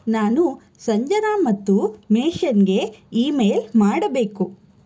ನಾನು ಸಂಜನಾ ಮತ್ತು ಮೇಶನ್ಗೆ ಈಮೇಲ್ ಮಾಡಬೇಕು